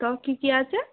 তাও কী কী আছে